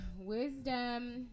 wisdom